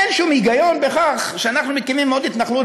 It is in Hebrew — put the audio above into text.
אין שום היגיון בכך שאנחנו מקימים עוד התנחלות,